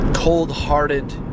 cold-hearted